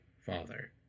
father